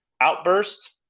outburst